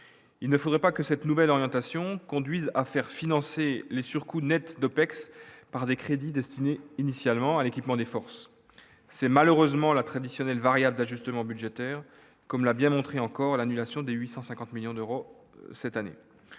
il ne faudrait pas que cette nouvelle orientation conduisent à faire financer les surcoûts nette d'OPEX par des crédits destinés initialement à l'équipement des forces, c'est malheureusement la traditionnelle variable d'ajustement budgétaire, comme l'a bien montré encore à l'annulation de 850 millions d'euros cette année,